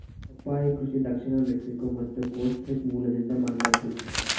ಪಪ್ಪಾಯಿ ಕೃಷಿ ದಕ್ಷಿಣ ಮೆಕ್ಸಿಕೋ ಮತ್ತು ಕೋಸ್ಟಾರಿಕಾ ಮೂಲದಿಂದ ಬಂದದ್ದು